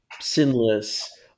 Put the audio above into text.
sinless